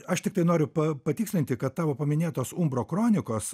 aš tiktai noriu pa patikslinti kad tavo paminėtos umbro kronikos